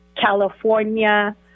california